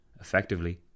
effectively